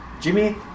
Jimmy